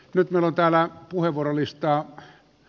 nyt olen täällä puhevuorolistalle